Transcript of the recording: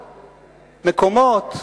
מקומות.